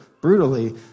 brutally